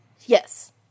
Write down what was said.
Yes